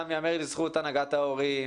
גם ייאמר לזכות הנהגת ההורים